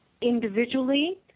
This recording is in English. individually